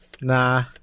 Nah